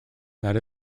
that